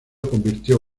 convirtió